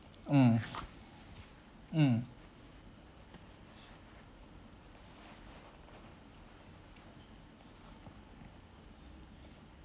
mm mm